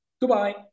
goodbye